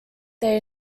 they